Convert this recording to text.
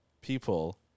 people